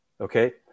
Okay